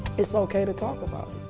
it's okay to talk about